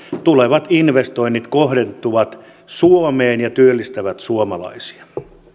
tulevat investoinnit kohdentuvat suomeen ja työllistävät suomalaisia